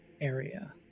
area